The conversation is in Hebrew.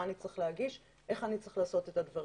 מה צריך להגיש ואיך צריך לעשות את הדברים.